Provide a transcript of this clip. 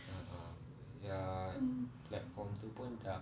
ya uh ya platform itu pun dah